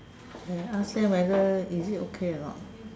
I ask them whether is it okay or not